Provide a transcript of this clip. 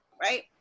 right